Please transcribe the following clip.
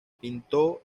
pintó